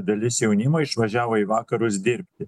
dalis jaunimo išvažiavo į vakarus dirbti